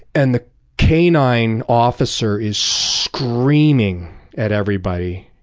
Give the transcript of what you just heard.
and the k nine officer is screaming at everybody,